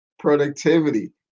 Productivity